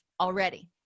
already